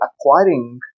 acquiring